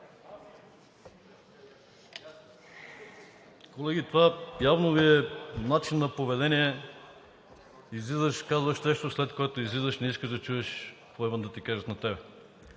Колеги, това явно Ви е начин на поведение. Излизаш, казваш нещо, след което излизаш и не искаш да чуеш какво имат да ти кажат на теб.